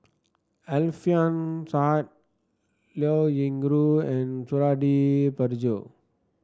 Alfian Sa'at Liao Yingru and Suradi Parjo